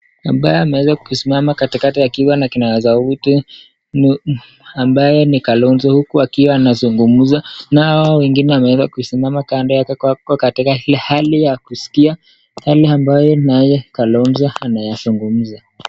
Ambaye ameweza kusimama katikati akiwa na kipasa sauti, ambaye ni Kalonzo. Nao wengine wamesimama katika hali ya kuskia yale ambayo Kalonzo anayazungumza.